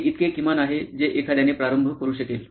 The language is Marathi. हे इतके किमान आहे जे एखाद्याने प्रारंभ करू शकेल